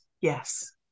Yes